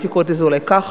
הייתי קוראת לזה אולי כך,